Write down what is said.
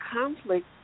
conflict